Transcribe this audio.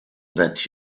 that